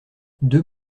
deux